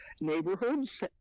neighborhoods